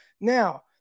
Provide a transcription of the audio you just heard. Now